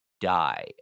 die